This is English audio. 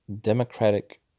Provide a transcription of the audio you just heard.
democratic